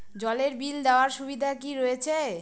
জলের বিল দেওয়ার সুবিধা কি রয়েছে?